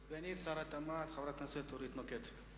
סגנית שר התמ"ת, חברת הכנסת אורית נוקד,